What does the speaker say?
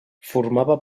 formava